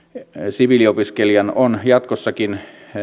siviiliopiskelijoiden on jatkossakin